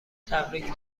تبریک